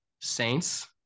saints